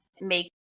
make